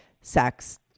sex